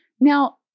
Now